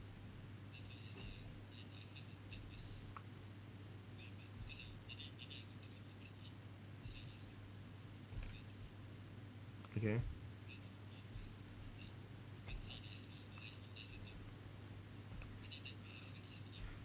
okay